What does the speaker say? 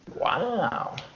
Wow